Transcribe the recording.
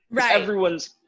everyone's